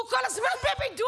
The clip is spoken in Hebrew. הוא כל הזמן בבידוד.